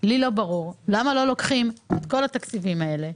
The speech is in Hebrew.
לי לא ברור למה לא לוקחים את כל התקציבים האלה,